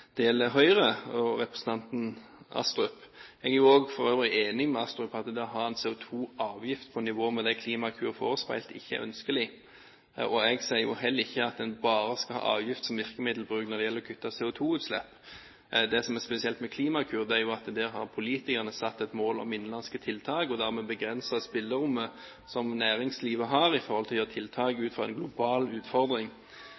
samme gjelder Høyre og representanten Astrup. Jeg er for øvrig også enig med Astrup i at det å ha en CO2-avgift på nivå med det Klimakur forespeilet, ikke er ønskelig. Jeg sier jo heller ikke at en bare skal ha avgift som virkemiddel når det gjelder å kutte CO2-utslipp. Det som er spesielt med Klimakur, er jo at der har politikerne satt et mål om innenlandske tiltak, og dermed begrenset spillerommet som næringslivet har til å gjøre tiltak